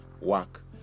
work